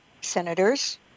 senators